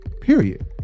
period